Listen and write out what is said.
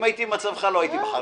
אם הייתי במצבך לא הייתי בחריגה.